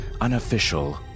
unofficial